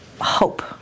hope